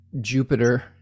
Jupiter